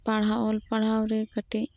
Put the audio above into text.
ᱯᱟᱲᱦᱟᱣ ᱚᱞ ᱯᱟᱲᱦᱟᱣ ᱨᱮ ᱠᱟᱴᱤᱡ